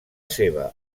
seva